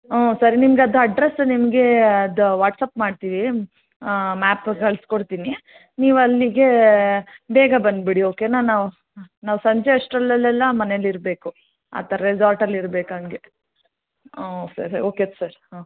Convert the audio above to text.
ಹ್ಞೂ ಸರಿ ನಿಮ್ಗೆ ಅದು ಅಡ್ರಸ್ ನಿಮಗೆ ಅದು ವಾಟ್ಸ್ಆ್ಯಪ್ ಮಾಡ್ತೀವಿ ಮ್ಯಾಪ್ ಕಳಿಸ್ಕೊಡ್ತೀನಿ ನೀವು ಅಲ್ಲಿಗೆ ಬೇಗ ಬಂದುಬಿಡಿ ಓಕೆನಾ ನಾವು ಹಾಂ ನಾವು ಸಂಜೆ ಅಷ್ಟ್ರಲ್ಲಿ ಅಲ್ಲೆಲ್ಲ ಮನೆಲಿ ಇರಬೇಕು ಆತು ರೆಸಾರ್ಟಲ್ಲಿ ಇರ್ಬೇಕು ಹಂಗೇ ಹ್ಞೂ ಸರಿ ಓಕೆ ಸರ್ ಹಾಂ